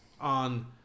on